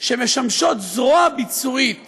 שמשמשות זרוע ביצועית